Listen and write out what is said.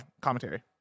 commentary